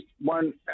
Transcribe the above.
one